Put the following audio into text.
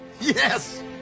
Yes